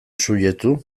subjektu